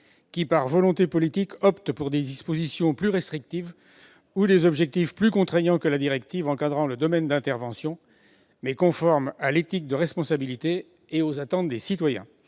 qui, par volonté politique, opte pour des dispositions plus restrictives ou des objectifs plus contraignants que la directive encadrant le domaine d'intervention, mais conformes à l'éthique de responsabilité et aux attentes des citoyens.